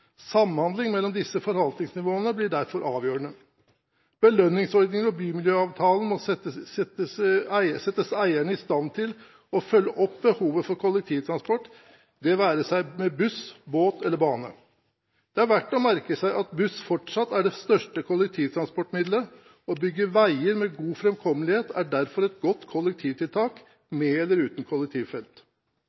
Samhandlingen mellom disse forvaltningsnivåene blir derfor avgjørende. Belønningsordningen og bymiljøavtalene må sette eierne i stand til å følge opp behovet for kollektivtransport – det være seg med buss, båt eller bane. Det er verdt å merke seg at buss fortsatt er det største kollektivtransportmidlet. Å bygge veier med god framkommelighet er derfor et godt kollektivtiltak – med eller uten kollektivfelt.